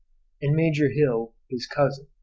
and major hill, his cousin,